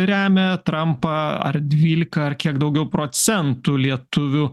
remia trampą ar dvylika ar kiek daugiau procentų lietuvių